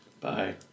Bye